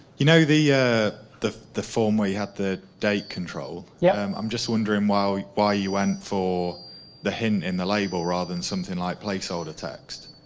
you know the ah the form where you had the date control, yeah um i'm just wondering why why you went for the hint in the label rather than something like place holder text?